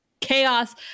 chaos